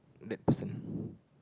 that person